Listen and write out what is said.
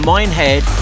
Minehead